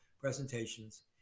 presentations